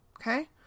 Okay